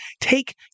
take